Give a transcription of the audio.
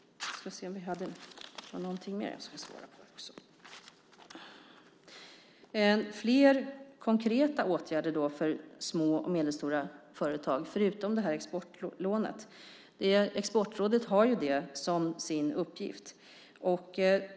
Fler konkreta åtgärder för små och medelstora företag, förutom exportlånet, har Exportrådet som sin uppgift.